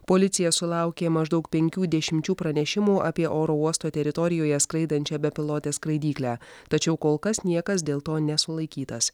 policija sulaukė maždaug penkių dešimčių pranešimų apie oro uosto teritorijoje skraidančią bepilotę skraidyklę tačiau kol kas niekas dėl to nesulaikytas